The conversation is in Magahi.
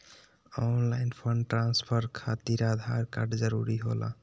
ऑनलाइन फंड ट्रांसफर खातिर आधार कार्ड जरूरी होला?